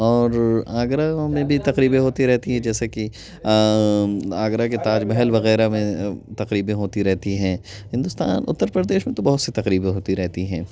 اور آگرہ میں بھی تقریبیں ہوتی رہتی ہیں جیسے کہ آگرہ کے تاج محل وغیرہ میں تقریبیں ہوتی رہتی ہیں ہندوستان اتر پردیش میں تو بہت سی تقریبیں ہوتی رہتی ہیں